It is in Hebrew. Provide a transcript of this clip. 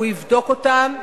הוא יבדוק אותן.